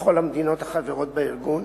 לכל המדינות החברות בארגון,